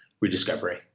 rediscovery